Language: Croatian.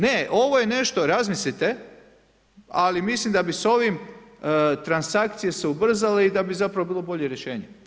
Ne ovo je nešto, razmislite, ali mislim da bi s ovim transakcije se ubrzale i da bi zapravo bilo bolje rješenje.